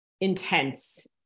intense